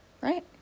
Right